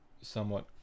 somewhat